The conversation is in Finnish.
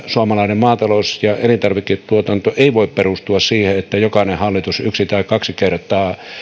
suomalainen maatalous ja elintarviketuotanto ei voi perustua siihen että jokainen hallitus yksi tai kaksi kertaa